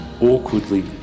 awkwardly